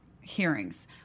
hearings